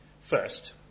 first